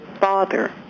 father